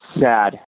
sad